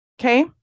Okay